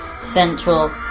central